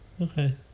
okay